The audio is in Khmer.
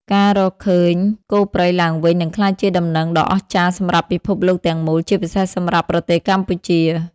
ការរកឃើញគោព្រៃឡើងវិញនឹងក្លាយជាដំណឹងដ៏អស្ចារ្យសម្រាប់ពិភពលោកទាំងមូល ជាពិសេសសម្រាប់ប្រទេសកម្ពុជា។